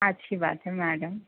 اچھی بات ہے میڈم